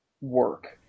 work